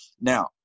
Now